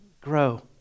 grow